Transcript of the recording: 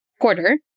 quarter